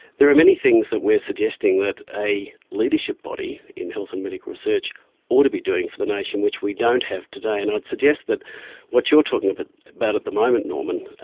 there are many things that we are suggesting that a leadership body in health and medical research ought to be doing for the nation which we don't have today. and i'd suggest that what you're talking but about at the moment, norman,